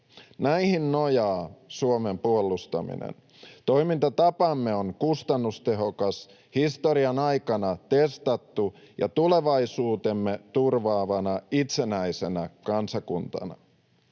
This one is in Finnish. Näihin nojaa Suomen puolustaminen. Toimintatapamme on kustannustehokas ja historian aikana testattu ja turvaa tulevaisuutemme itsenäisenä kansakuntana.